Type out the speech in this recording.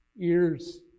ears